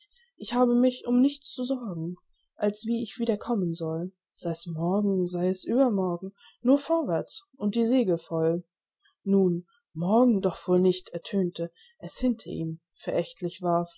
ich habe mich um nichts zu sorgen als wie ich weiter kommen soll sei's morgen sei es übermorgen nur vorwärts und die segel voll nun morgen doch wohl nicht ertönte es hinter ihm verächtlich